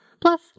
plus